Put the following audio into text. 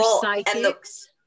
psychics